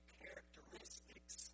characteristics